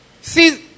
See